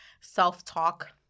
self-talk